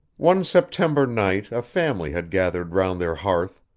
one september night a family had gathered round their hearth,